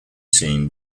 seen